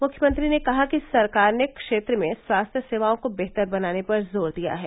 मुख्यमंत्री ने कहा कि सरकार ने क्षेत्र में स्वास्थ्य सेवाओं को बेहतर बनाने पर जोर दिया है